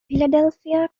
philadelphia